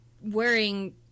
wearing